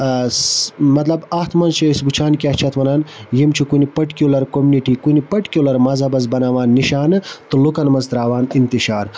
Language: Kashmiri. مَطلَب اتھ مَنٛز چھِ أسۍ وُچھان کیاہ چھِ اتھ وَنان یِم چھِ کُنہِ پٔٹِکیوٗلَر کوٚمنِٹی کُنہِ پٔٹِکیوٗلَر مَذہَبَس بَناوان نِشانہٕ تہٕ لُکَن منٛز ترٛاوان اِنتِشار